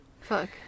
Fuck